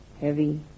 heavy